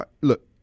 Look